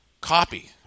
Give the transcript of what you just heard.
copy